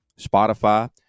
Spotify